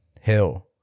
hill